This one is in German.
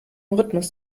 rhythmus